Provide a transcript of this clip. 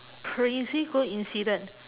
crazy coincidence